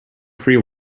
free